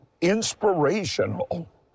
inspirational